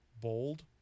Bold